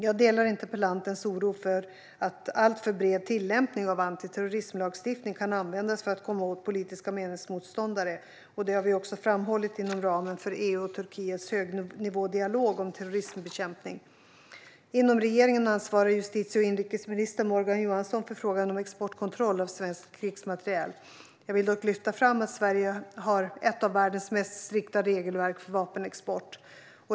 Jag delar interpellantens oro för att alltför bred tillämpning av antiterrorismlagstiftning kan användas för att komma åt poliska meningsmotståndare. Detta har vi också framhållit inom ramen för EU:s och Turkiets högnivådialog om terrorismbekämpning. Inom regeringen ansvarar justitie och inrikesminister Morgan Johansson för frågan om exportkontroll av svensk krigsmateriel. Jag vill dock lyfta fram att Sverige har ett av världens mest strikta regelverk för vapenexport.